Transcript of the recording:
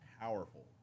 powerful